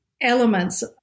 elements